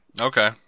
Okay